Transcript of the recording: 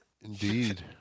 Indeed